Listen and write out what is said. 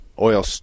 oil